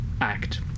Act